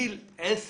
גיל 10